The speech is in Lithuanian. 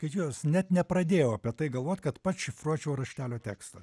kad jos net nepradėjau apie tai galvot kad pats šifruočiau raštelio tekstą